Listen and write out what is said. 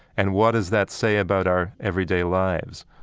and what does that say about our everyday lives?